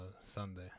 Sunday